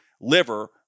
liver